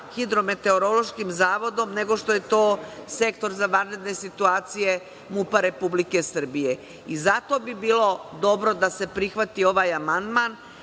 Hidrometeorološkim zavodom nego što je to Sektor za vanredne situacije MUP-a Republike Srbije. I zato bi bilo dobro da se prihvati ovaj amandman,